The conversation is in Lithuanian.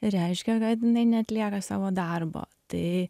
reiškia kad jinai neatlieka savo darbo tai